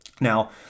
now